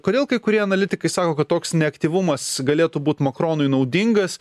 kodėl kai kurie analitikai sako kad toks neaktyvumas galėtų būt makronui naudingas